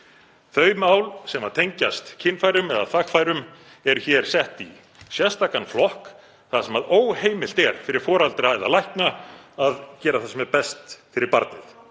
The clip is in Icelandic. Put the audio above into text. Þau mál sem tengjast kynfærum eða þvagfærum eru hér sett í sérstakan flokk þar sem óheimilt er fyrir foreldra eða lækna að gera það sem er best fyrir barnið.